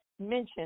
mention